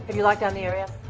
and you locked down the area?